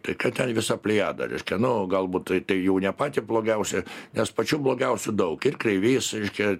tai kad ten visa plejada reiškia nu galbūt tai jau ne patį blogiausią nes pačių blogiausių daug ir kreivys reiškia